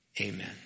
amen